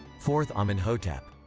fourth amenhotep.